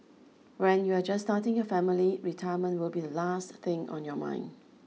when you are just starting your family retirement will be the last thing on your mind